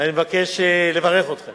ואני מבקש לברך אתכם